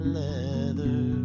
leather